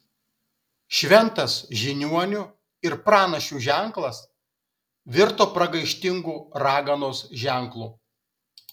šventas žiniuonių ir pranašių ženklas virto pragaištingu raganos ženklu